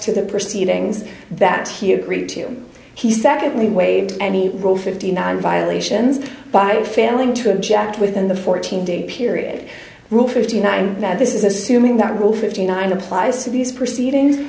to that proceed things that he agreed to he secondly waived any rule fifty nine violations by failing to object within the fourteen day period rule fifty nine that this is assuming that rule fifty nine applies to these proceedings